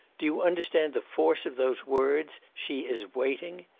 do you understand the force of those words she is waiting!